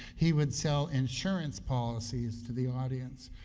he would sell insurance policies to the audience.